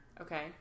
Okay